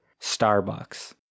Starbucks